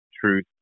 truth